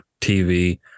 TV